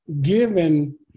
given